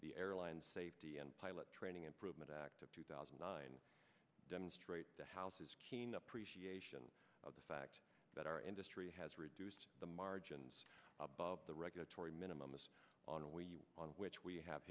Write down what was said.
the airline safety and pilot training improvement act of two thousand and nine demonstrate the house's keen appreciation of the fact that our industry has reduced the margins above the regulatory minimum on we on which we have